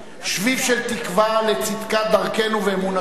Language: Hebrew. שביב של תקווה לצדקת דרכנו ואמונתנו